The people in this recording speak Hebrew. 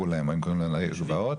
נערי גבעות,